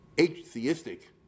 atheistic